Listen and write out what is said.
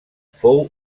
fou